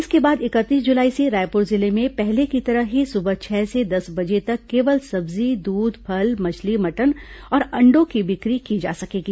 इसके बाद इकतीस जुलाई से रायपुर जिले में पहले की तरह ही सुबह छह से दस बजे तक केवल सब्जी दूध फल मछली मटन और अंडों की बिक्री की जा सकेगी